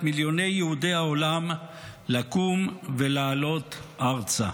מיליוני יהודי העולם לקום ולעלות ארצה?